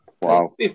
Wow